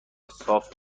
صاف